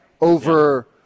over